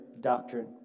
doctrine